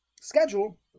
schedule